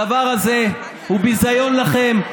הדבר הזה הוא ביזיון לכם,